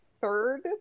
third